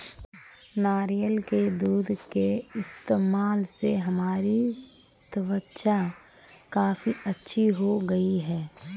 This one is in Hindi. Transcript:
नारियल के दूध के इस्तेमाल से हमारी त्वचा काफी अच्छी हो गई है